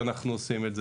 אנחנו עושים את זה,